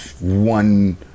one